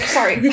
Sorry